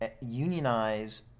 unionize